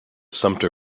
sumpter